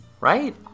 Right